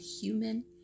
human